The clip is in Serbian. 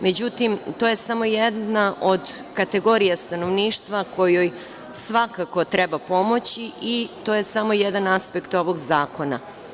Međutim, to je samo jedna od kategorija stanovništva kojoj svakako treba pomoći i to je samo jedan aspekt ovog zakona.